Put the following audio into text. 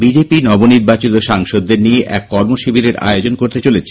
BJP নবনির্বাচিত সাংসদদের নিয়ে এক কর্মশিবিরের আয়োজন করতে চলেছে